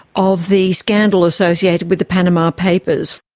of the scandal associated with the panama papers?